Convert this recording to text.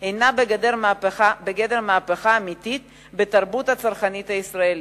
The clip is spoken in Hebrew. היא בגדר מהפכה אמיתית בתרבות הצרכנית הישראלית.